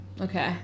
Okay